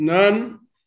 None